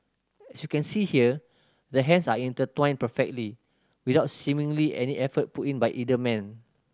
as you can see here their hands are intertwined perfectly without seemingly any effort put in by either man